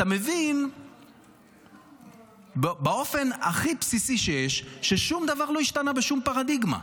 אתה מבין באופן הכי בסיסי שיש ששום דבר לא השתנה בשום פרדיגמה.